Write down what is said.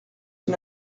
son